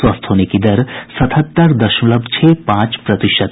स्वस्थ होने की दर सतहत्तर दशमलव छह पांच प्रतिशत है